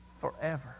Forever